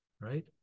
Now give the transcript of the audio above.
Right